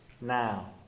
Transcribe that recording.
now